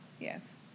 Yes